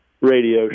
Radio